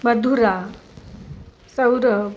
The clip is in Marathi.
मधुरा सौरव